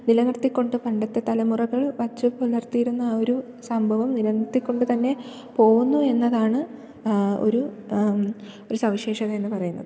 നിലനിർത്തിക്കൊണ്ട് പണ്ടത്തെ തലമുറകൾ വച്ച് പുലർത്തിയിരുന്ന ആ ഒരു സംഭവം നിലനിർത്തിക്കൊണ്ട് തന്നെ പോകുന്നു എന്നതാണ് ഒരു ഒരു സവിശേഷത എന്ന് പറയുന്നത്